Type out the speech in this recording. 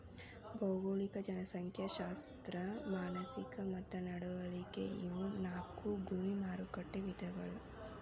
ಭೌಗೋಳಿಕ ಜನಸಂಖ್ಯಾಶಾಸ್ತ್ರ ಮಾನಸಿಕ ಮತ್ತ ನಡವಳಿಕೆ ಇವು ನಾಕು ಗುರಿ ಮಾರಕಟ್ಟೆ ವಿಧಗಳ